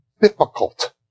difficult